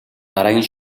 дараагийн